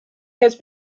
has